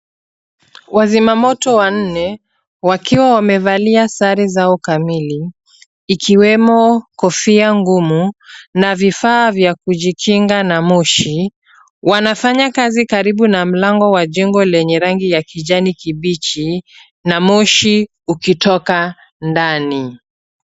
Wazimamoto wanne, wakiwa wamevalia sare zao kamili ikiwemo kofia ngumu na vifaa vya kujikinga na moshi. Wanafanya kazi karibu na mlango wa jengo lenye rangi ya kijani kibichi na moshi ukitoka ndani.